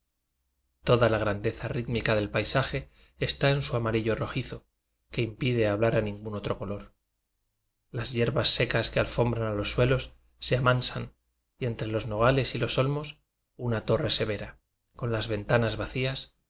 toda la grandeza rítmica del paisaje está en su amarillo rojizo que impide hablar a ningún otro color las yerbas secas que alfombran a los suelos se amansan y entre los nogales y los olmos una torre severa con las ventanas vacías